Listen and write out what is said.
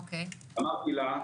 אמרתי לה: